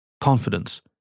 Confidence